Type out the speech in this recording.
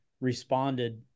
responded